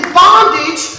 bondage